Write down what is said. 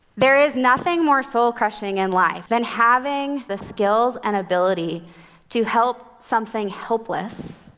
there is nothing more soul-crushing in life than having the skills and ability to help something helpless,